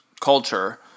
culture